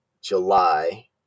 July